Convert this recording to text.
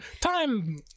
Time